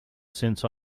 since